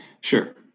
Sure